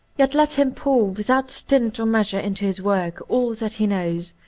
yet let him pour without stint or measure into his work all that he knows,